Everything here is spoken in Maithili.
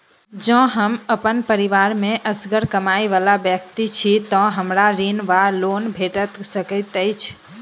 जँ हम अप्पन परिवार मे असगर कमाई वला व्यक्ति छी तऽ हमरा ऋण वा लोन भेट सकैत अछि?